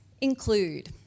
Include